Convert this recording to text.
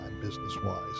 business-wise